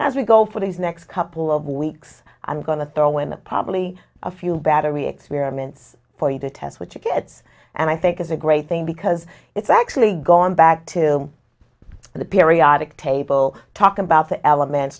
as we go for these next couple of weeks i'm going to throw in probably a few battery experiments for you to test which gets and i think is a great thing because it's actually gone back to the periodic table talk about the elements